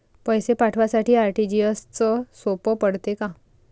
पैसे पाठवासाठी आर.टी.जी.एसचं सोप पडते का?